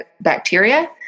bacteria